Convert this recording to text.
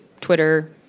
Twitter